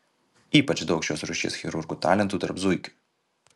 ypač daug šios rūšies chirurgų talentų tarp zuikių